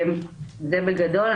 זה בגדול.